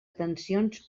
tensions